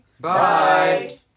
Bye